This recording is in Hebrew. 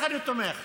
אתה תומך בחוק?